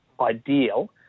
ideal